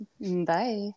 Bye